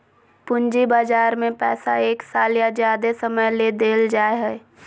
पूंजी बजार में पैसा एक साल या ज्यादे समय ले देल जाय हइ